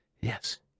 Yes